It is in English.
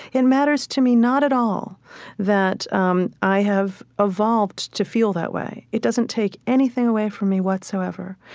it matters to me not at all that um i have evolved to feel that way. it doesn't take anything away from me whatsoever.